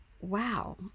wow